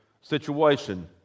situation